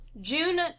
June